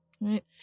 Right